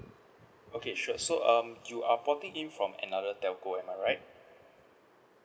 okay sure so um you are potting in from another telco am I right